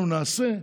אנחנו נעשה,